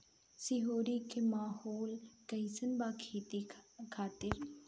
सिरोही के माहौल कईसन बा खेती खातिर?